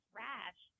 rash